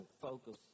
focus